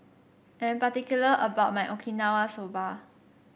I am particular about my Okinawa Soba